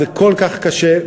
זה כל כך קשה,